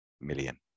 million